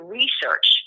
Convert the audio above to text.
research